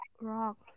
rock